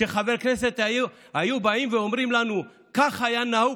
כשחברי כנסת היו באים ואומרים לנו: כך היה נהוג,